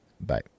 Bye